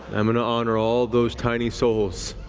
i'm going to honor all those tiny souls.